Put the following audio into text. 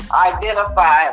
identify